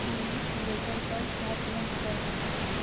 Twitter पर क्या trend कर रहा है